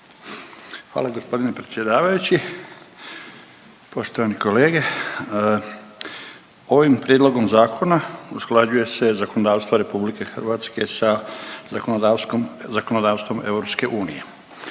Hvala gospodine predsjedavajući. Poštovani kolege ovim prijedlogom zakona usklađuje se zakonodavstvo Republike Hrvatske sa zakonodavstvom EU. Zakon